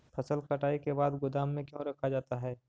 फसल कटाई के बाद गोदाम में क्यों रखा जाता है?